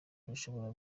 rushobora